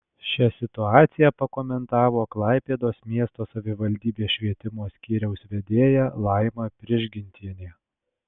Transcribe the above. šią situaciją pakomentavo klaipėdos miesto savivaldybės švietimo skyriaus vedėja laima prižgintienė